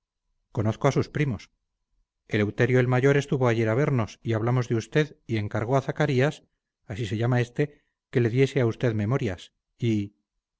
conozco a sus primos eleuterio el mayor estuvo ayer a vernos y hablamos de usted y encargó a zacarías así se llama este que le diese a usted memorias y